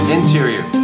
Interior